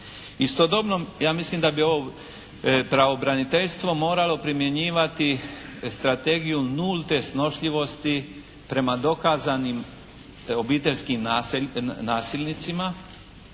Istodobno, ja mislim da bi ovo pravobraniteljstvo moralo primjenjivati strategiju nulte snošljivosti prema dokazanim obiteljskim nasilnicima